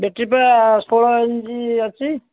ବ୍ୟାଟେରୀଟା ଷୋଳ M G ଅଛି